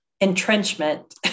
entrenchment